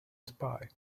spy